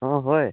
অঁ হয়